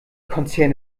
konzern